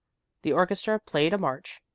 the orchestra played a march,